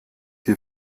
die